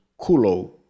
culo